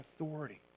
authority